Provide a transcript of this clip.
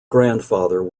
grandfather